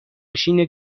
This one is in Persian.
نشین